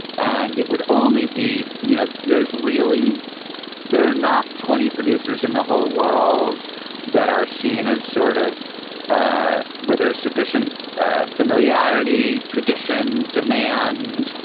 and it would only be you know, there's really there are not twenty producers in the whole world that are seen as sort of ah where there's sufficient ah familiarity, tradition, demand,